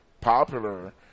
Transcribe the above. popular